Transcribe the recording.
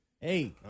Hey